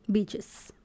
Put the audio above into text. Beaches